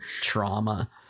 trauma